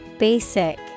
Basic